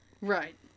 Right